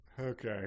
Okay